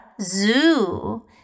zoo